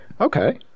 Okay